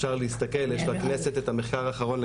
אפשר להסתכל יש בכנסת את המחקר האחרון,